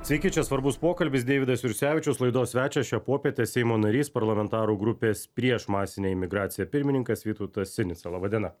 sveiki čia svarbus pokalbis deividas jursevičius laidos svečias šią popietę seimo narys parlamentarų grupės prieš masinę imigraciją pirmininkas vytautas sinica laba diena